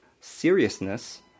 seriousness